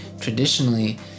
traditionally